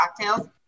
cocktails